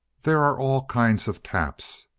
there are all kinds of taps.